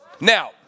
Now